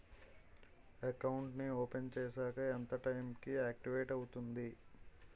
Account నీ open చేశాక ఎంత టైం కి ఆక్టివేట్ అవుతుంది?